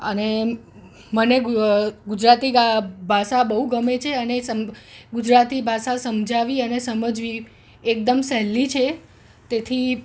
અને મને ગુજરાતી ભાષા બહુ ગમે છે અને ગુજરાતી ભાષા સમજાવવી અને સમજવી એકદમ સહેલી છે તેથી